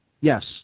Yes